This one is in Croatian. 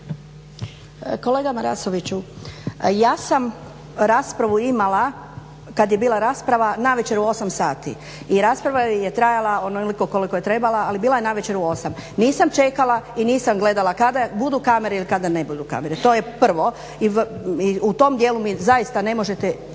Kolega Marasoviću ja sam raspravu imala kad je bila rasprava navečer u 20 sati. I rasprava je trajala onoliko koliko je trebala, ali bila je navečer u 20 sati. Nisam čekala i nisam gledala kada budu kamere ili kada ne budu kamere. To je prvo i u tom dijelu mi zaista ne možete